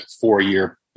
four-year